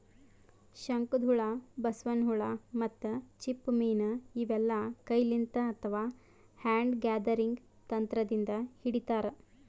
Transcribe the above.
ಶಂಕದ್ಹುಳ, ಬಸವನ್ ಹುಳ ಮತ್ತ್ ಚಿಪ್ಪ ಮೀನ್ ಇವೆಲ್ಲಾ ಕೈಲಿಂತ್ ಅಥವಾ ಹ್ಯಾಂಡ್ ಗ್ಯಾದರಿಂಗ್ ತಂತ್ರದಿಂದ್ ಹಿಡಿತಾರ್